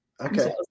Okay